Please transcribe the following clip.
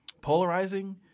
polarizing